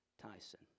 Tyson